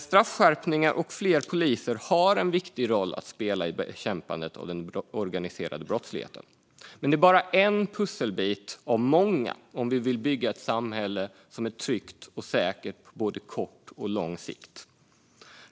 Straffskärpningar och fler poliser har en viktig roll att spela i bekämpandet av den organiserade brottsligheten, men det är bara en pusselbit av många om vi vill bygga ett samhälle som är tryggt och säkert på både kort och lång sikt.